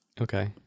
Okay